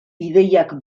ideiak